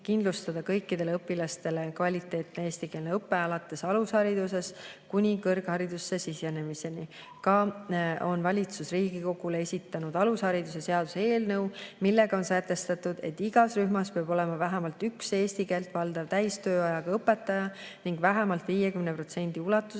kõikidele õpilastele kvaliteetne eestikeelne õpe alates alusharidusest kuni kõrgharidusse sisenemiseni. Ka on valitsus Riigikogule esitanud alushariduse seaduse eelnõu, milles on sätestatud, et igas rühmas peab olema vähemalt üks eesti keelt valdav täistööajaga õpetaja ning vähemalt 50% ulatuses